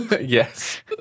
Yes